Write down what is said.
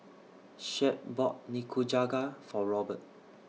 Shep bought Nikujaga For Robert